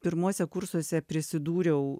pirmuose kursuose prisidūriau